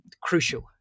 crucial